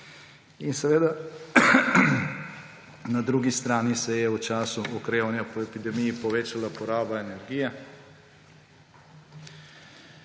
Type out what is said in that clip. bilancah. Na drugi strani se je v času okrevanja po epidemiji povečala poraba energije.